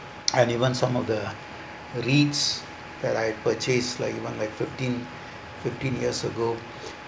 and even some of the REITS that I purchased like even like fifteen fifteen years ago